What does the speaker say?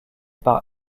par